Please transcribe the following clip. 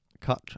Cut